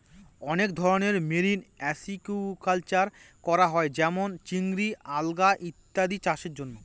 অনেক ধরনের marine aquaculture করা হয় যেমন চিংড়ি, আলগা ইত্যাদি চাষের জন্য